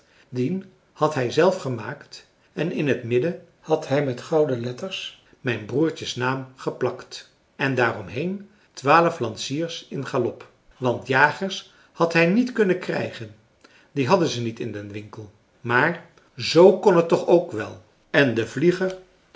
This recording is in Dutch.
dien had hij zelf gemaakt en in het midden had hij met gouden letters mijn broertjes naam geplakt en daaromheen twaalf lanciers in galop want jagers had hij niet kunnen krijgen die hadden ze niet in den winkel maar z kon het toch ook wel en de vlieger